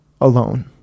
alone